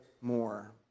more